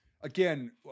again